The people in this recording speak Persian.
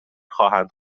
خواهند